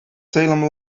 salem